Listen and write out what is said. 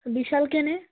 বিশালকে নে